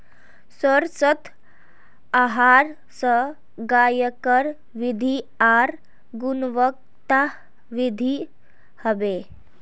स्वस्थ आहार स गायकेर वृद्धि आर गुणवत्तावृद्धि हबे